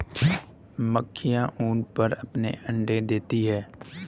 मक्खियाँ ऊन पर अपने अंडे देती हैं